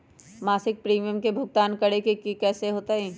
मासिक प्रीमियम के भुगतान करे के हई कैसे होतई?